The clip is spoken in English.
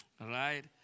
Right